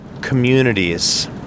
communities